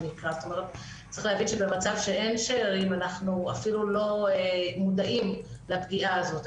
צריך להבין שבמצב שאין שארים אנחנו אפילו לא מודעים לפגיעה הזאת.